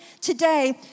today